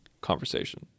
conversation